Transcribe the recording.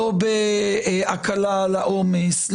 לא בהקלה על העומס,